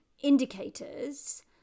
indicators